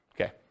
Okay